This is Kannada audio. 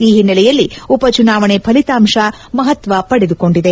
ಈ ಹಿನ್ನೆಲೆಯಲ್ಲಿ ಉಪ ಚುನಾವಣೆ ಫಲಿತಾಂಶ ಮಹತ್ತ ಪಡೆದುಕೊಂಡಿದೆ